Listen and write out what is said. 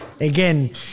again